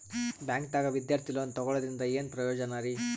ಬ್ಯಾಂಕ್ದಾಗ ವಿದ್ಯಾರ್ಥಿ ಲೋನ್ ತೊಗೊಳದ್ರಿಂದ ಏನ್ ಪ್ರಯೋಜನ ರಿ?